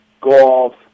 golf